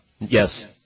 Yes